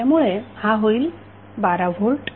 त्यामुळे हा होईल 12 व्होल्ट